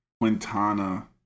Quintana